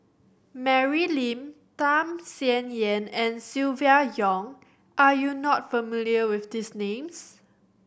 Mary Lim Tham Sien Yen and Silvia Yong are you not familiar with these names